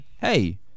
hey